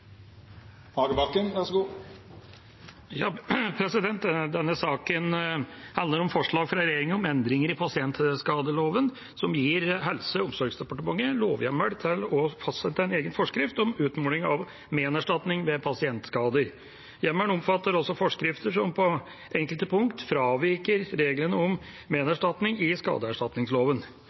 gir Helse- og omsorgsdepartementet lovhjemmel til å fastsette en egen forskrift om utmåling av menerstatning ved pasientskader. Hjemmelen omfatter også forskrifter som på enkelte punkt fraviker reglene om menerstatning i